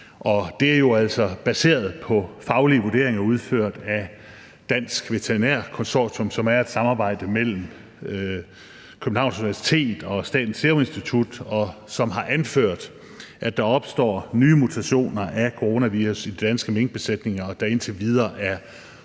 altså baseret på faglige vurderinger udført af Dansk Veterinær Konsortium, som er et samarbejde mellem Københavns Universitet og Statens Serum Institut. De har anført, at der opstår nye mutationer af coronavirus i de danske minkbesætninger, og at der indtil videre er